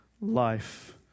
life